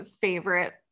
favorite